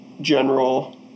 general